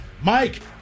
Mike